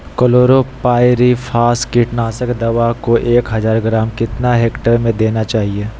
Chlorpyrifos कीटनाशक दवा को एक हज़ार ग्राम कितना हेक्टेयर में देना चाहिए?